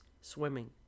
swimming